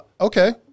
okay